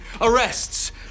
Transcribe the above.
Arrests